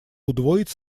удвоить